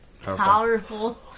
Powerful